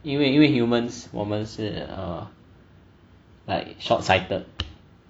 因为因为 humans 我们是 err like short-sighted